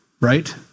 right